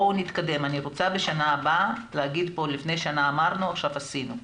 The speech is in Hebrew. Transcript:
אני רוצה בשנה הבאה להגיד פה שלפני שנה אמרנו ועכשיו עשינו.